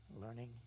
learning